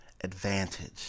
advantage